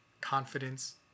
confidence